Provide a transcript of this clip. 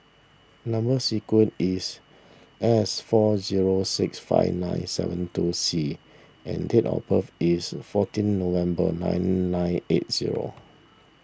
Number Sequence is S four zero six five nine seven two C and date of birth is fourteen November nine nine eight zero